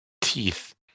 teeth